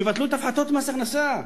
שיבטלו את הפחתות מס הכנסה,